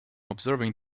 observing